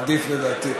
עדיף, לדעתי.